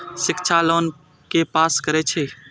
शिक्षा लोन के पास करें छै?